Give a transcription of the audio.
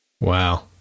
Wow